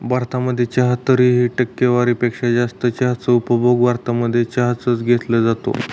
भारतामध्ये चहा तरीही, टक्केवारी पेक्षा जास्त चहाचा उपभोग भारतामध्ये च घेतला जातो